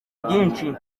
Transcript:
byinshi